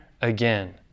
again